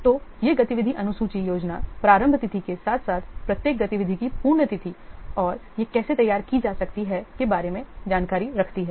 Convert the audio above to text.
तो यह गतिविधि अनुसूची योजना प्रारंभ तिथि के साथ साथ प्रत्येक गतिविधि की पूर्ण तिथि और यह कैसे तैयार की जा सकती है के बारे में जानकारी रखती हैं